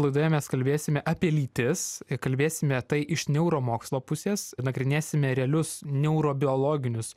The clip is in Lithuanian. laidoje mes kalbėsime apie lytis kalbėsime tai iš neuromokslo pusės nagrinėsime realius neurobiologinius